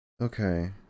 Okay